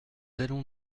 allons